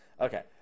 okay